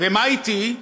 ומה אתי?